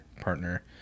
partner